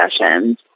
sessions